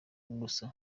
gusa